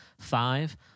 five